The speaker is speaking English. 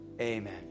amen